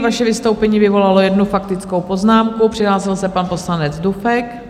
Vaše vystoupení vyvolalo jednu faktickou poznámku, přihlásil se pan poslanec Dufek.